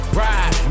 ride